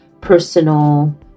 personal